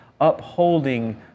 upholding